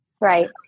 Right